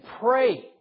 pray